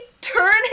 turn